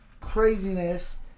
craziness